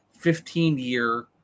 15-year